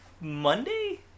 Monday